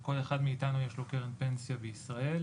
כל אחד מאתנו יש לו קרן פנסיה בישראל,